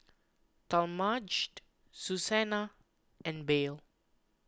Talmadge Susanna and Belle